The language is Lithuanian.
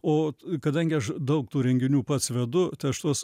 o kadangi aš daug tų renginių pats vedu tai aš tuos